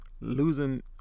losing